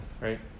right